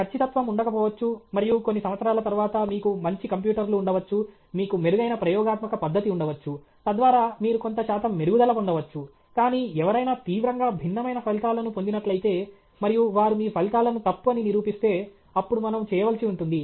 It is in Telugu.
ఖచ్చితత్వం ఉండకపోవచ్చు మరియు కొన్ని సంవత్సరాల తరువాత మీకు మంచి కంప్యూటర్లు ఉండవచ్చు మీకు మెరుగైన ప్రయోగాత్మక పద్దతి ఉండవచ్చు తద్వారా మీరు కొంత శాతం మెరుగుదల పొందవచ్చు కానీ ఎవరైనా తీవ్రంగా భిన్నమైన ఫలితాలను పొందినట్లయితే మరియు వారు మీ ఫలితాలను తప్పు అని నిరూపిస్తే అప్పుడు మనము చేయవలసి ఉంటుంది